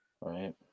Right